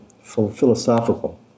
philosophical